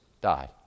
died